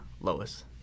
Lois